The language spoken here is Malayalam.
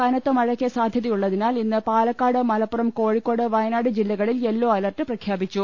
കനത്ത മഴയ്ക്ക് സാധ്യതയുള്ളതിനാൽ ഇന്ന് പാലക്കാ ട് മലപ്പുറം കോഴിക്കോട് വയനാട് ജില്ലകളിൽ യെല്ലോ അലർട്ട് പ്രഖ്യാപിച്ചു